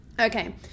Okay